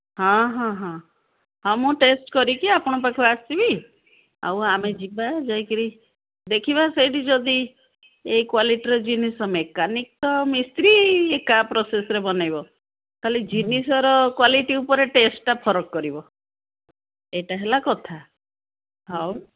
ହଁ ହଁ ହଁ ହଁ ମୁଁ ଟେଷ୍ଟ୍ କରିକି ଆପଣଙ୍କ ପାଖ ଆସିବି ଆଉ ଆମେ ଯିବା ଯାଇକରି ଦେଖିବା ସେଇଠି ଯଦି ଏଇ କ୍ଵାଲିଟିର ଜିନିଷ ମେକାନିକ୍ ତ ମିସ୍ତ୍ରୀ ତା ପ୍ରୋସେସ୍ରେ ବନାଇବ ଖାଲି ଜିନିଷର କ୍ଵାଲିଟି ଉପରେ ଟେଷ୍ଟ୍ଟା ଫରକ୍ କରିବ ଏଇଟା ହେଲା କଥା ହଉ